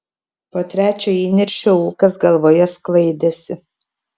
po trečio įniršio ūkas galvoje sklaidėsi